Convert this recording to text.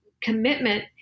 commitment